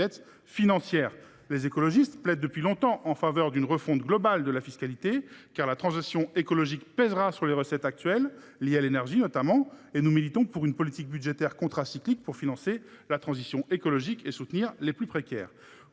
financière. Les écologistes plaident depuis longtemps en faveur d’une refonte globale de la fiscalité, car la transition écologique pèsera sur les recettes actuelles liées à l’énergie. Aussi, nous militons en faveur d’une politique budgétaire contracyclique afin de financer la transition écologique et soutenir les plus précaires.